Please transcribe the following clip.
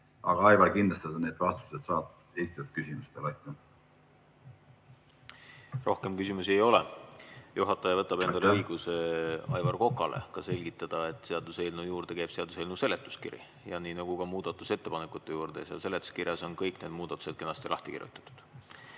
Aga, Aivar, kindlasti sa saad need vastused esitatud küsimustele. Rohkem küsimusi ei ole. Juhataja võtab endale õiguse Aivar Kokale selgitada, et seaduseelnõu juurde käib seaduseelnõu seletuskiri nii nagu ka muudatusettepanekute juurde ja seal seletuskirjas on kõik need muudatused kenasti lahti kirjutatud.